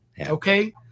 okay